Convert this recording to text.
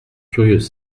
curieux